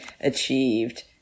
achieved